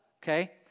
Okay